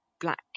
black